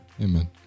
Amen